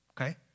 okay